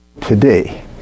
today